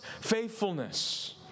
faithfulness